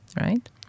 right